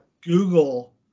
Google